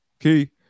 Okay